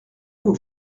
aux